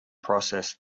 process